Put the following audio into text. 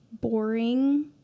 boring